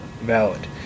valid